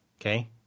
okay